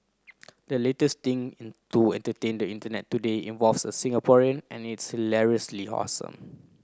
the latest thing to entertain the Internet today involves a Singaporean and it's hilariously awesome